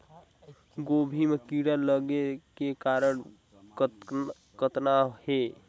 गोभी म कीड़ा लगे के कारण कतना हे?